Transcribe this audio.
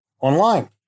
online